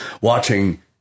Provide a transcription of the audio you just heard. watching